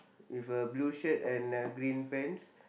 with a blue shirt and uh green pants